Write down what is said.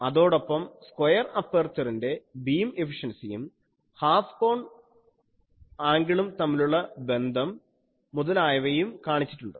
അതോടൊപ്പം സ്ക്വയർ അപ്പർച്ചറിൻറെ ബീം എഫിഷൻസിയും ഹാഫ് കോൺ ആങ്കിളും തമ്മിലുള്ള ബന്ധം മുതലായവയും കാണിച്ചിട്ടുണ്ട്